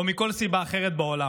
או מכל סיבה אחרת בעולם.